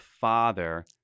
Father